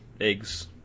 eggs